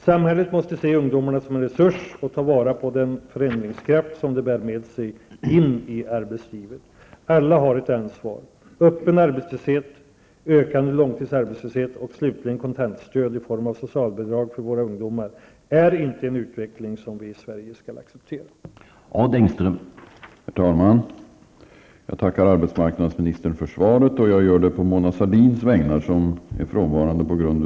Samhället måste se ungdomarna som en resurs och ta vara på den förändringskraft som de bär med sig in i arbetslivet. Alla har ett ansvar. Öppen arbetslöshet, ökande långtidsarbetslöshet och slutligen kontantstöd i form av socialbidrag för våra ungdomar är inte en utveckling som vi i Sverige skall acceptera. Då Mona Sahlin, som framställt frågan, anmält att hon var förhindrad att närvara vid sammanträdet, medgav förste vice talmannen att Odd Engström i stället fick delta i överläggningen.